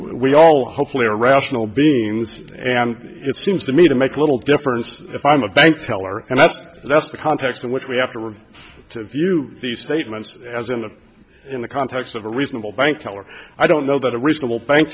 we all hopefully are rational beings and it seems to me to make little difference if i'm a bank teller and that's that's the context in which we have to really to view these statements as in the in the context of a reasonable bank teller i don't know that a reasonable bank